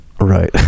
Right